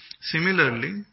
Similarly